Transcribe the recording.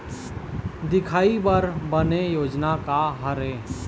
दिखाही बर बने योजना का हर हे?